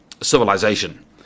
civilization